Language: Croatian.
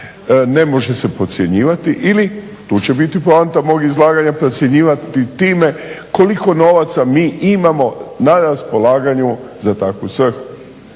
ne može se podcjenjivati ili tu će biti poanta mog izlaganja procjenjivati time koliko novaca mi imamo na raspolaganju za takvu svrhu.